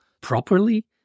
properly